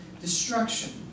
destruction